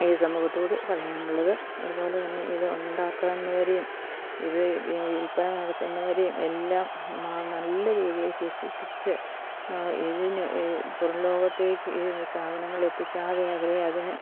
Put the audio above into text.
ഈ സമൂഹത്തോട് പറയാനുള്ളത് അതുപോലെത്തന്നെ ഇതുണ്ടാക്കുന്നവരെയും ഇത് വിൽപ്പന നടത്തുന്നവരെയുമെല്ലാം നല്ല രീതിയിൽ ശിക്ഷിച്ച് ഇതിന് ഈ പുറം ലോകത്തേക്ക് ഈ സാധനങ്ങൾ എത്തിക്കാതെ അവരെയതിന്